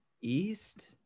East